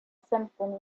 symphony